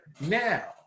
now